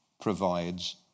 provides